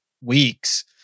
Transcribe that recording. weeks